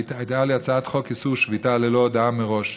הייתה לי הצעה לאיסור שביתה ללא הודעה מראש.